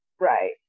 Right